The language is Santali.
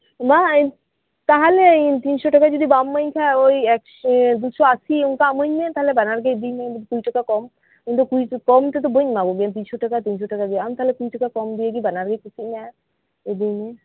ᱢᱟᱻ ᱛᱟᱦᱚᱞᱮ ᱤᱧ ᱛᱤᱱ ᱥᱚ ᱴᱟᱠᱟ ᱡᱩᱫᱤ ᱵᱟᱢ ᱤᱢᱟᱹᱧ ᱠᱷᱟᱱ ᱳᱭ ᱮᱠᱥᱚ ᱫᱩᱥᱚ ᱟᱥᱤ ᱚᱝᱠᱟ ᱤᱢᱟᱹᱧ ᱢᱮ ᱛᱟᱞᱦᱮ ᱵᱟᱱᱟᱨ ᱜᱮ ᱤᱫᱤᱢᱮ ᱠᱩᱲᱤ ᱴᱟᱠᱟ ᱠᱚᱢ ᱤᱧ ᱫᱚ ᱠᱩᱲᱤ ᱠᱚᱢ ᱛᱮᱫᱚ ᱵᱟᱹᱧ ᱮᱢᱟᱢᱟ ᱛᱤᱱᱥᱚ ᱴᱟᱠᱟ ᱛᱤᱱ ᱥᱚ ᱴᱟᱠᱟ ᱜᱮ ᱟᱢ ᱛᱟᱞᱦᱮ ᱠᱩᱲᱤ ᱴᱟᱠᱟ ᱠᱚᱢ ᱫᱤᱭᱮᱜᱮ ᱵᱟᱱᱟᱨ ᱜᱮ ᱠᱩᱥᱤᱜ ᱢᱮ ᱤᱫᱤᱭ ᱢᱮ